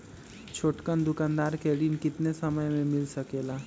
छोटकन दुकानदार के ऋण कितने समय मे मिल सकेला?